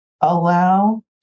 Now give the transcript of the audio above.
allow